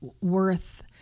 worth